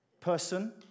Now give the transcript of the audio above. person